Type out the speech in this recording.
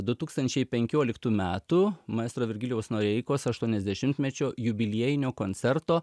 du tūkstančiai penkioliktų metų maestro virgilijaus noreikos aštuoniasdešimtmečio jubiliejinio koncerto